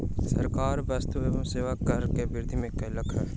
सरकार वस्तु एवं सेवा कर में वृद्धि कयलक